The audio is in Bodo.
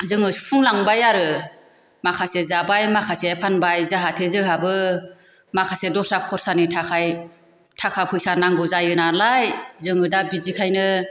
जोङो सुफुंलांबाय आरो माखासे जाबाय माखासे फानबाय जाहाथे जोहाबो माखासे दस्रा खरसानि थाखाय थाका फैसा नांगौ जायो नालाय जोङो दा बिदिखायनो